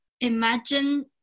imagine